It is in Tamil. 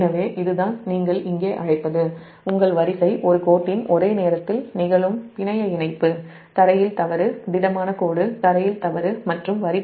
எனவே இதுதான் நீங்கள் இங்கே அழைப்பது உங்கள் வரிசை ஒரு கோட்டின் ஒரே நேரத்தில் நிகழும் பிணைய இணைப்பு தரையில் தவறு திடமான கோடு மற்றும் தவறு வரி